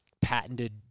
patented